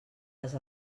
les